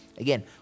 Again